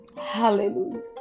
hallelujah